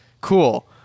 Cool